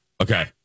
Okay